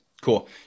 cool